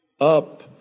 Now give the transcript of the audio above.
up